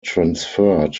transferred